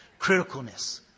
Criticalness